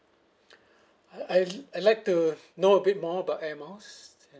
I I'd like to know a bit more about air miles